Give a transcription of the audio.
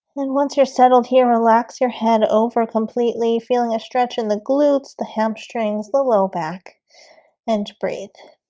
and once you're settled here, relax your head over completely feeling a stretch in the glutes the hamstrings the low back and breathe